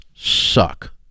Suck